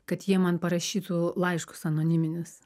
kad jie man parašytų laiškus anoniminius